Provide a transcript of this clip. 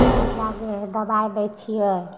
बोखार लागै हइ दवाइ दै छिए